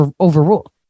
overruled